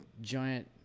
giant